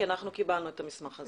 כי אנחנו קיבלנו את המסמך הזה.